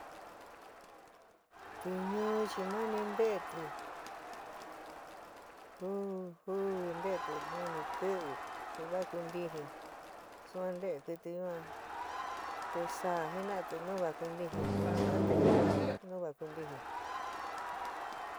Tiñú chi mani ntéti juu juu ntéti nu ni kiwi xi va kuntiji suan ntee kiti ñua te saa jinaati nu vai kuntiji suni ka ntee xaanti nuu vai kuntiji.